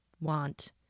want